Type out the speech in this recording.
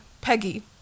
Peggy